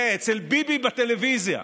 כן, אצל ביבי בטלוויזיה.